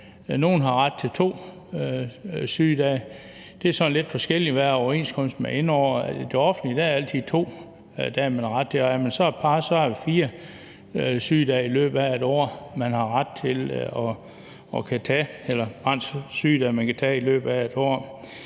nogle har ret til to sygedage, det er sådan lidt forskelligt, alt efter hvilken overenskomst man er inde under. I det offentlige er det altid to dage, man har ret til, og er man så et par, er det fire af barnets sygedage i løbet af 1 år, man har ret til at kunne